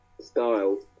style